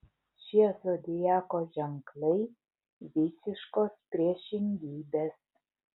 šie zodiako ženklai visiškos priešingybės